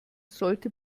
sollte